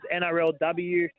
NRLW